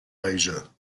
asia